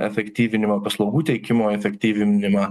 efektyvinimą paslaugų teikimo efektyvinimą